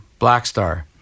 Blackstar